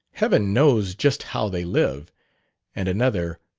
heaven knows just how they live and another,